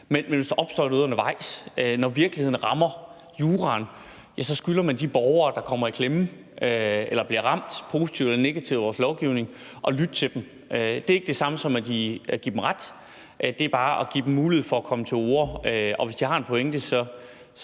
Men hvis der opstår noget undervejs, når virkeligheden rammer juraen, så skylder man de borgere, der kommer i klemme eller bliver ramt – positivt eller negativt – af vores lovgivning, at lytte til dem. Det er ikke det samme, som at give dem ret. Det er bare at give dem mulighed for at komme til orde. Og hvis de har en pointe